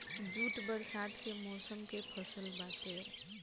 jute बरसात के मौसम कअ फसल बाटे